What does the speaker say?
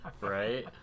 Right